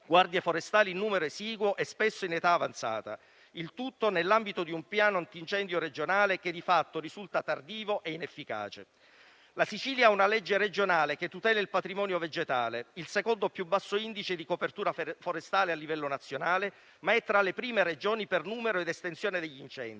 guardie forestali in numero esiguo e spesso in età avanzata. Il tutto nell'ambito di un piano antincendio regionale che di fatto risulta tardivo e inefficace. La Sicilia ha una legge regionale che tutela il patrimonio vegetale, il secondo più basso indice di copertura forestale a livello nazionale, ma è tra le prime Regioni per numero ed estensione degli incendi: